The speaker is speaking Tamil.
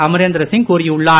அமரேந்திர சிங் கூறியுள்ளார்